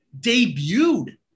debuted